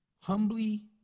humbly